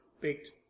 baked